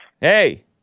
Hey